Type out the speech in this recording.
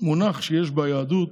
מונח שיש ביהדות,